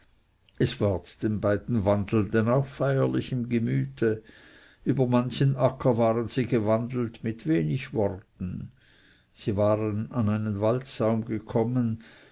es ward den beiden wandelnden auch feierlich im gemüte über manchen acker waren sie gewandelt mit wenig worten sie waren an einen waldsaum gekommen